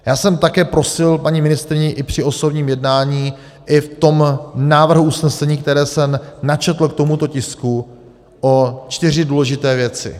Já jsem také prosil paní ministryni i při osobním jednání, i v tom návrhu usnesení, které jsem načetl k tomuto tisku, o čtyři důležité věci.